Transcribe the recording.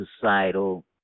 societal